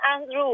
Andrew